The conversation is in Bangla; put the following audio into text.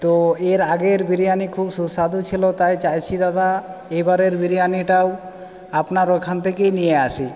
তো এর আগের বিরিয়ানি খুব সুস্বাদু ছিল তাই চাইছি দাদা এবারের বিরিয়ানিটাও আপনার ওখান থেকেই নিয়ে আসি